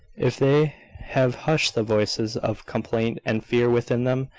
if they have hushed the voices of complaint and fear within them,